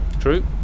True